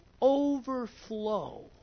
overflow